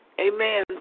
Amen